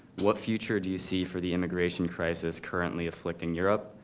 what future do you see for the immigration crisis currently afflicting europe,